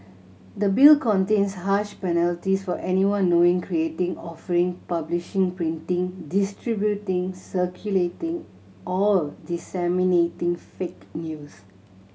the Bill contains harsh penalties for anyone knowing creating offering publishing printing distributing circulating or disseminating fake news